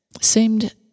seemed